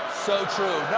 so true.